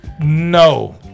No